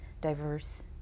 diverse